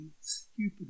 stupid